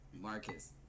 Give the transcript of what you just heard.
Marcus